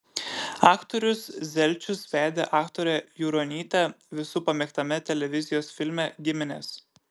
aktorius zelčius vedė aktorę juronytę visų pamėgtame televizijos filme giminės